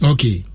Okay